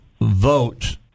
vote